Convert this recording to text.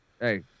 Hey